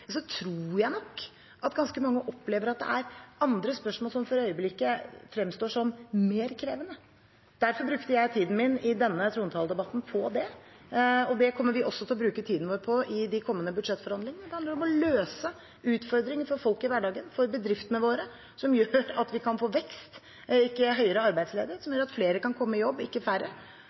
tror jeg nok at ganske mange opplever at det er andre spørsmål som for øyeblikket fremstår som mer krevende. Derfor brukte jeg tiden min i denne trontaledebatten på det, og det kommer vi også til å bruke tiden vår på i de kommende budsjettforhandlingene. Vi må løse utfordringene for folk i hverdagen, for bedriftene våre, som gjør at vi kan få vekst og ikke høyere arbeidsledighet, som gjør at flere kan komme i jobb, ikke færre,